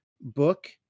book